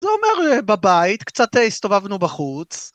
זה אומר בבית, קצת הסתובבנו בחוץ.